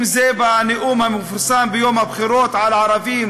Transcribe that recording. אם בנאום המפורסם ביום הבחירות על ערבים